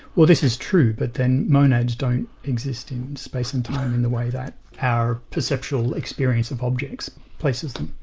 well this is true, but then monads don't exist in this space and time in the way that our perceptual experience of objects places them.